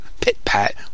pit-pat